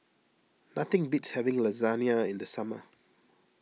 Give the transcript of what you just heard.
nothing beats having Lasagna in the summer